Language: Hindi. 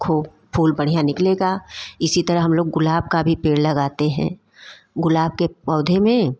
खूब फूल बढ़िया निकलेगा इसी तरह हम लोग गुलाब का भी पेड़ लगाते हैं गुलाब के पौधे में